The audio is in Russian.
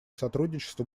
сотрудничество